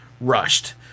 rushed